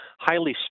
highly